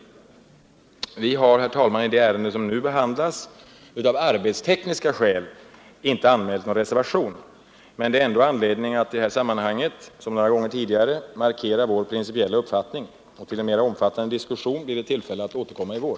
Vi moderater har, herr talman, i det ärende som nu behandlas, av arbetstekniska skäl inte anmält någon reservation. Men det är ändå anledning att i detta sammanhang, som några gånger tidigare, markera vår principiella uppfattning. Till en mera omfattande diskussion blir det tillfälle att återkomma i vår.